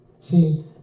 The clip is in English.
See